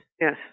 Yes